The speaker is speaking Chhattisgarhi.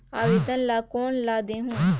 आवेदन ला कोन ला देहुं?